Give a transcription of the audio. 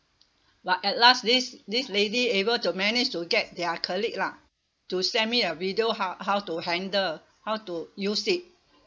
but at last this this lady able to manage to get their colleague lah to send me a video how how to handle how to use it